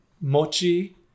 mochi